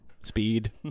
speed